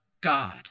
god